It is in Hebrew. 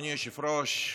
אדוני היושב-ראש,